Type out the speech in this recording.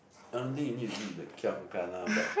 I don't think you need to read the kiam gana but